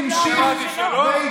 אמרתי שלא?